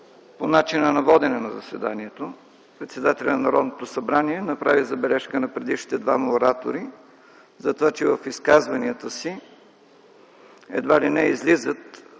по начина на водене на заседанието. Председателят на Народното събрание направи забележка на предишните двама оратори за това, че в изказванията си едва ли не излизат